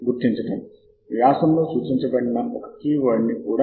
మీ బుట్ట కి జోడించడానికి బటన్ పై క్లిక్ చేయండి